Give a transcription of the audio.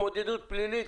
התמודדות פלילית,